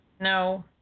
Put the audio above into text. No